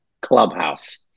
clubhouse